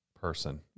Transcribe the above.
person